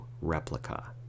replica